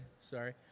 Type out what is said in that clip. sorry